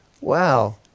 wow